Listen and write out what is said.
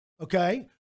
okay